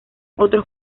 otros